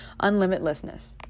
unlimitlessness